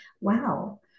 wow